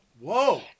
Whoa